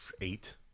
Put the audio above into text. eight